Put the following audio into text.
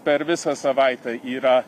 per visą savaitę yra